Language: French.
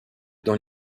dans